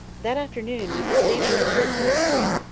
that afternoon we perceived little groups in the street,